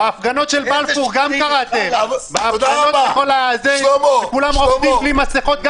בהפגנות של בלפור גם קראתם, שכולם בלי מסכות.